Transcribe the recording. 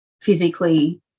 physically